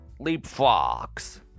Leapfrogs